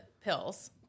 pills